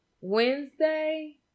Wednesday